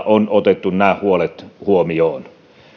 on otettu nämä huolet huomioon